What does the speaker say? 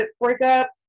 breakup